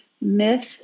Miss